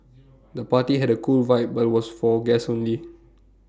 the party had A cool vibe but was for guests only